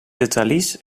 thalys